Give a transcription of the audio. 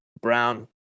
Brown